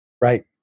Right